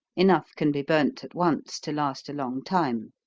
enough can be burnt at once to last a long time.